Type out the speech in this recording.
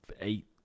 eight